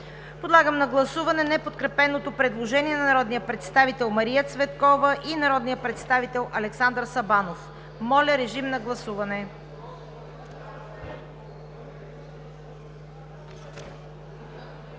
Подлагам на гласуване неподкрепеното предложение на народния представител Мария Цветкова и народния представител Александър Сабанов. Гласували